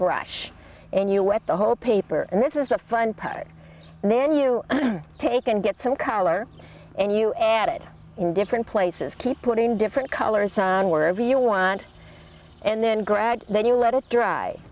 brush and you went the whole paper and this is the fun part then you take and get some color and you add it in different places keep putting different colors wherever you want and then grad then you let it dry